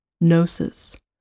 Gnosis